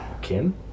Kim